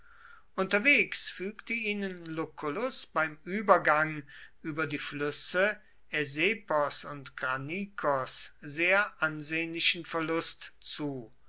unterwegs fügte ihnen lucullus beim übergang über die flüsse äsepos und granikos sehr ansehnlichen verlust zu